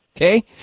okay